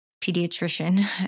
pediatrician